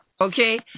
okay